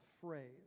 phrase